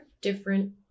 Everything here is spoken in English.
different